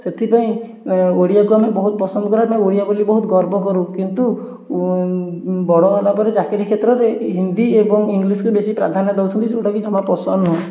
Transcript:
ସେଥିପାଇଁ ଓଡ଼ିଆକୁ ଆମେ ବହୁତ ପସନ୍ଦ କରୁ ଏବଂ ଓଡ଼ିଆ ବୋଲି ବହୁତ ଗର୍ବ କରୁ କିନ୍ତୁ ବଡ଼ ହେଲା ପରେ ଚାକିରି କ୍ଷେତ୍ରରେ ହିନ୍ଦୀ ଏବଂ ଇଂଲିଶକୁ ବେଶୀ ପ୍ରାଧାନ୍ୟ ଦେଉଛନ୍ତି ଯେଉଁଟାକି ଜମା ପସନ୍ଦ ନୁହେଁ